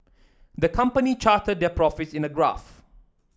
the company charted their profits in a graph